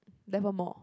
Nevermore